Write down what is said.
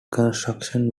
construction